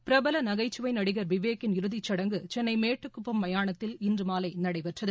பிரபல நகைச்சுவை நடிகர் விவேக்கின் இறுதிச்சடங்கு சென்னை மேட்டுக்குப்பம் மயானத்தில் இன்று மாலை நடைபெற்றது